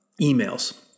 emails